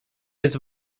jest